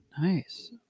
Nice